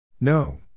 No